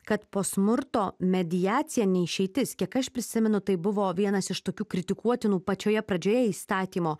kad po smurto mediacija ne išeitis kiek aš prisimenu tai buvo vienas iš tokių kritikuotinų pačioje pradžioje įstatymo